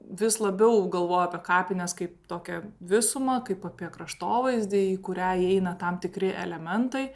vis labiau galvojau apie kapines kaip tokią visumą kaip apie kraštovaizdį į kurią įeina tam tikri elementai